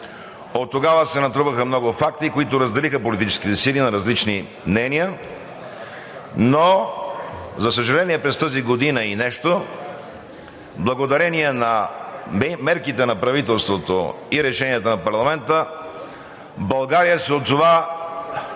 Оттогава се натрупаха много факти, които разделиха политическите сили на различни мнения. Но, за съжаление, през тази година и нещо, благодарение на мерките на правителството и решенията на парламента, България се озова